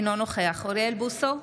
אינו נוכח אוריאל בוסו,